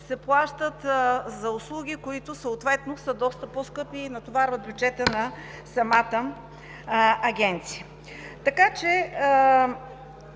се плаща за услуги, които са доста по-скъпи и натоварват бюджета на самата агенция.